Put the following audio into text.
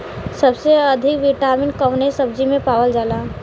सबसे अधिक विटामिन कवने सब्जी में पावल जाला?